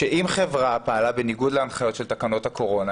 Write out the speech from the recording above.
שאם חברה פעלה בניגוד להנחיות של תקנות הקורונה,